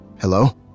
Hello